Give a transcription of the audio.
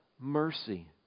Mercy